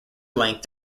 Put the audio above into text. length